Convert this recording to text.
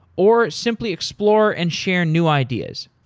or, simply explore and share new ideas.